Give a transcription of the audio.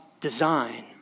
design